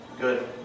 Good